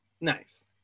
Nice